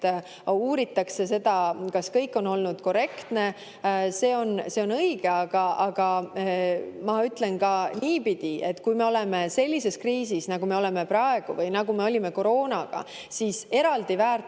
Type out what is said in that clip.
et uuritakse seda, kas kõik on olnud korrektne, on õige, aga ma ütlen ka niipidi, et kui me oleme sellises kriisis, nagu me oleme praegu või nagu me olime kroonaga, siis eraldi väärtus